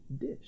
dish